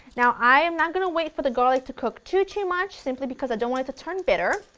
now i am not going to wait for the garlic to cook too, too much simpy because i don't want it to turn bitter,